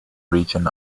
region